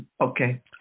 Okay